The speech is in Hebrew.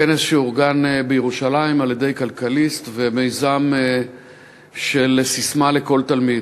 כנס שאורגן בירושלים על-ידי "כלכליסט" והמיזם "ססמה לכל תלמיד".